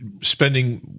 spending